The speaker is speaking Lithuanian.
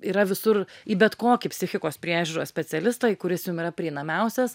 yra visur į bet kokį psichikos priežiūros specialistą kuris jum yra prieinamiausias